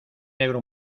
negro